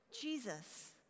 Jesus